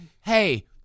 Hey